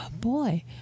Boy